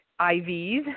IVs